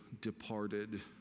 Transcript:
departed